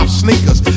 sneakers